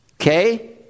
Okay